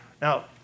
Now